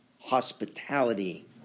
hospitality